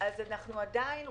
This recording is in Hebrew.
אני לא יודעת להגיד.